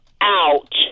out